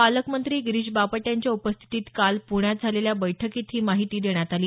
पालकमंत्री गिरीष बापट यांच्या उपस्थितीत काल प्ण्यात झालेल्या बैठकीत ही माहिती देण्यात आली